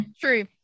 True